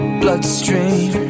bloodstream